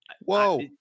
Whoa